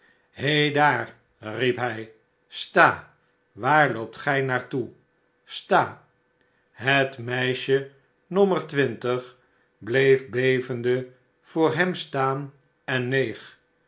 daar riep hij sta waar loopt gij naar toe sta het meisje nommer twintig bleef bevende voor hem staan en neeg